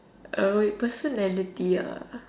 uh wait personality ah